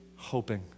Hoping